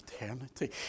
eternity